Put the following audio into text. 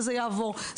וזה יעבור.